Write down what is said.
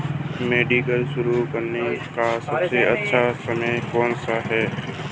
Mediclaim शुरू करने का सबसे अच्छा समय कौनसा है?